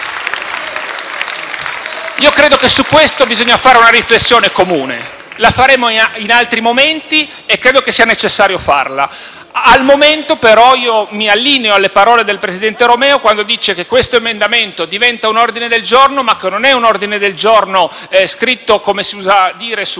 Credo che su questo occorra una riflessione comune, e la faremo in altri momenti perché necessaria. Per ora, però, mi allineo alle parole del presidente Romeo quando dice che questo emendamento diventa un ordine del giorno, ma non è un ordine del giorno scritto - come si usa dire -